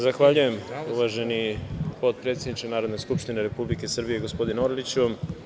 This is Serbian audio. Zahvaljujem, uvaženi potpredsedniče Narodne skupštine Republike Srbije, gospodine Orliću.